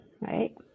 Right